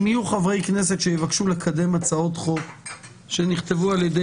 אם יהיו חברי כנסת שיבקשו לקדם הצעות חוק שנכתבו על-ידי